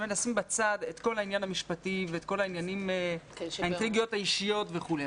בצד את כל העניין המשפטי ואת כל העניינים האישיים וכו'.